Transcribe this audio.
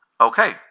Okay